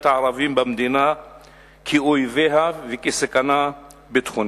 הערבים במדינה כאויביה וכסכנה ביטחונית.